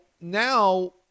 now